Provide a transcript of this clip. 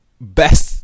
best